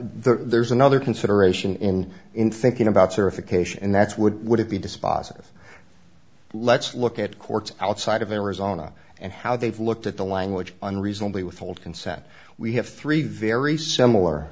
honor there's another consideration in in thinking about certification and that's would would it be dispositive let's look at courts outside of arizona and how they've looked at the language unreasonably withhold consent we have three very similar